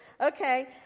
Okay